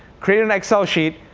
created an excel sheet,